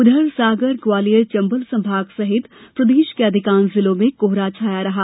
उधर सागर ग्वालियर चंबल संभाग सहित प्रदेश के अधिकांश जिलो में कोहरा छाया रहा